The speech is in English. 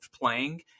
playing